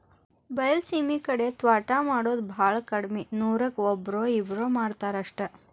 ಬೈಲಸೇಮಿ ಕಡೆ ತ್ವಾಟಾ ಮಾಡುದ ಬಾಳ ಕಡ್ಮಿ ನೂರಕ್ಕ ಒಬ್ಬ್ರೋ ಇಬ್ಬ್ರೋ ಮಾಡತಾರ ಅಷ್ಟ